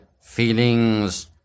feelings